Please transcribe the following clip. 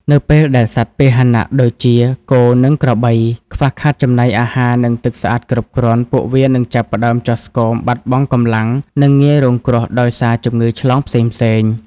នៅពេលដែលសត្វពាហនៈដូចជា គោ និងក្របី ខ្វះខាតចំណីអាហារ និងទឹកស្អាតគ្រប់គ្រាន់ ពួកវានឹងចាប់ផ្ដើមចុះស្គម បាត់បង់កម្លាំង និងងាយរងគ្រោះដោយសារជំងឺឆ្លងផ្សេងៗ។